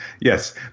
Yes